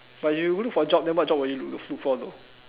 but you looking for job then what job would you look for though